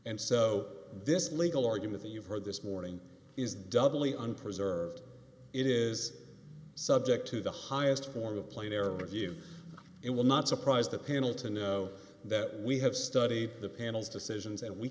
and so this legal argument that you've heard this morning is doubly on preserved it is subject to the highest form of play their view it will not surprise the panel to know that we have studied the panel's decisions and we